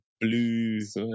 Blues